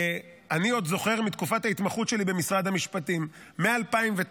אני עוד זוכר מתקופת ההתמחות שלי במשרד המשפטים מ-2009.